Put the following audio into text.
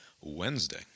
Wednesday